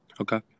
Okay